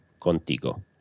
contigo